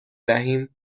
دهیم